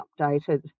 updated